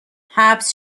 حبس